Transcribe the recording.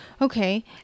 Okay